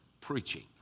preaching